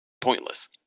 pointless